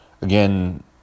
again